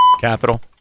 capital